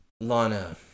Lana